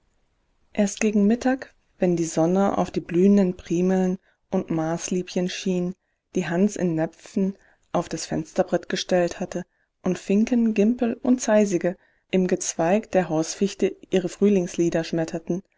erst gegen mittag wenn die sonne auf die blühenden primeln und maßliebchen schien die hans in näpfen auf das fensterbrett gestellt hatte und finken gimpel und zeisige im gezweig der hausfichte ihre frühlingslieder schmetterten